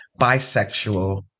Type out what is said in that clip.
bisexual